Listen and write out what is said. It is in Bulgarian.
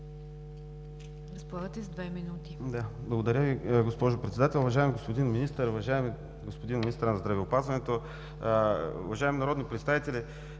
за България): Благодаря Ви, госпожо Председател. Уважаеми господин Министър, уважаеми господин Министър на здравеопазването, уважаеми народни представители!